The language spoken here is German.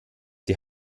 die